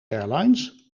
airlines